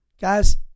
Guys